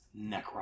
Necron